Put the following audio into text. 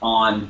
on